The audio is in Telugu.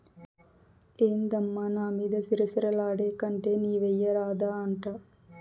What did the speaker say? ఏందమ్మా నా మీద సిర సిర లాడేకంటే నీవెయ్యరాదా అంట